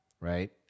right